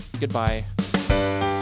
Goodbye